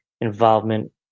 involvement